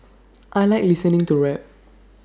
I Like listening to rap